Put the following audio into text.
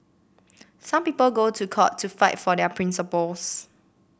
some people go to court to fight for their principles